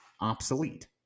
Obsolete